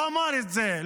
הוא אמר את זה,